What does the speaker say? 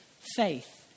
Faith